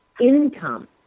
income